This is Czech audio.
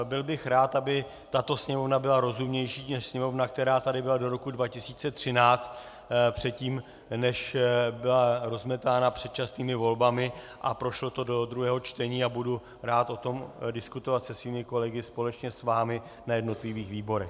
Byl bych rád, aby tato Sněmovna byla rozumnější než Sněmovna, která tady byla do roku 2013 předtím, než byla rozmetána předčasnými volbami a prošlo to do druhého čtení, a budu rád o tom diskutovat se svými kolegy společně s vámi na jednotlivých výborech.